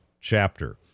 chapter